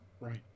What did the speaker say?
right